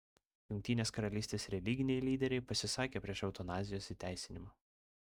jungtinės karalystės religiniai lyderiai pasisakė prieš eutanazijos įteisinimą